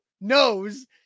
knows